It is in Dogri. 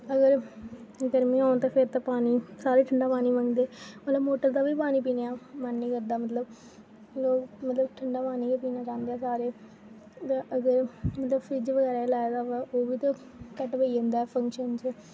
अगर गर्मियां होन ते फिर ते मतलब पानी सारे ठंडा पानी मंगदे मतलब मोटर दा बी पानी पीने दा मन नी करदा मतलब लोक मतलब ठंडा पानी पीना गै चांह्दे न सारे ते अगर मतलब फ्रिज़ बगैरा लाए दा होऐ ओह् बी ते घट्ट पेई जंदा फंक्शन च